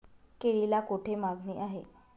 केळीला कोठे मागणी आहे?